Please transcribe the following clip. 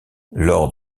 lors